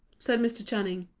said mr. channing.